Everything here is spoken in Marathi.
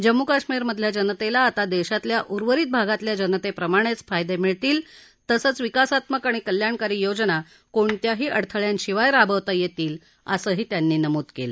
जम्मू कश्मीरमधल्या जनतेला आता देशातल्या उर्वरित भागातल्या जनतेप्रमाणेच फायदे मिळतील तसंच विकासात्मक आणि कल्याणकारी योजना कोणत्याही अड्थळयाशिवाय राबवता येतील असंही त्यांनी यावेळी नमूद केलं